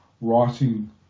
writing